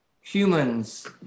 humans